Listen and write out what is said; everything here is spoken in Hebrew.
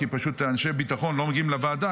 כי פשוט אנשי ביטחון לא מגיעים לוועדה,